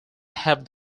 have